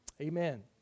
Amen